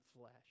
flesh